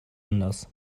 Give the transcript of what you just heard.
anders